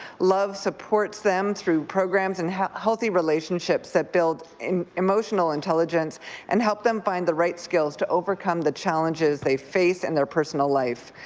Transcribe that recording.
love supports them through programs and healthy relationships that build emotional intelligence and help them find the right skills to overcome the challenges they face in their personal life.